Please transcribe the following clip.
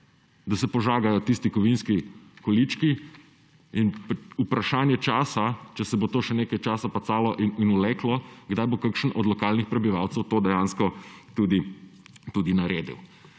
da se požagajo tisti kovinski količki, in vprašanje časa je, če se bo to še nekaj časa pacalo in vleklo, kdaj bo kakšen od lokalnih prebivalcev to dejansko tudi naredil.